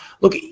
look